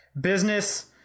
Business